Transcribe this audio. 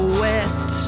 wet